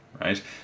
right